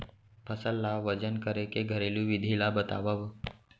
फसल ला वजन करे के घरेलू विधि ला बतावव?